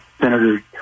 Senator